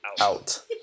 out